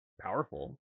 powerful